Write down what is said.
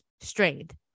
strength